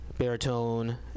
baritone